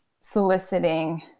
soliciting